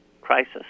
crisis